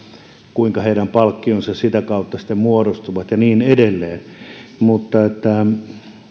kuinka heidän palkkionsa sitä kautta muodostuvat ja niin edelleen mutta